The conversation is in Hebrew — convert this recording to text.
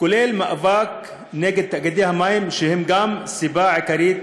כולל מאבק נגד תאגידי המים, שהם גם סיבה עיקרית